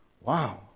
wow